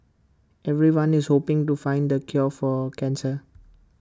everyone is hoping to find the cure for cancer